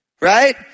right